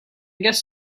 guess